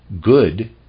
good